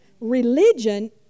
Religion